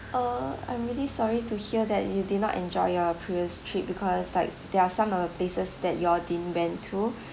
err I'm really sorry to hear that you did not enjoy your previous trip because like there are some of the places that you all didn't went to